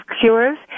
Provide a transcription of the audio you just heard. Cures